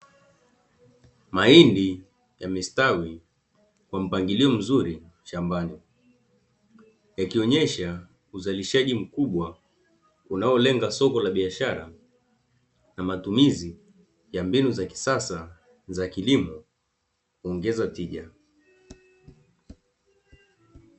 Mahindi yamestawi kwa mpangilio mzuri shambani, yakionyesha uzalishaji mkubwa unaolenga soko la biashara na matumizi ya mbinu za kisasa za kilimo kuongeza tija.